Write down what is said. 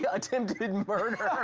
yeah attempted murder.